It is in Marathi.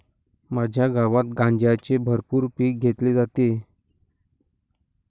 माझ्या गावात गांजाचे भरपूर पीक घेतले जाते